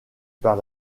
par